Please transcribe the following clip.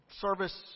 service